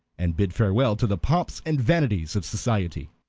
and bid farewell to the pomps and vanities of society.